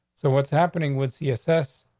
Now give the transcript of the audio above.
so what's happening would see assess.